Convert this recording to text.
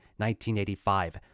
1985